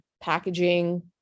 packaging